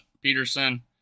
Peterson